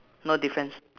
no difference